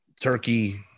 turkey